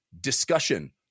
Discussion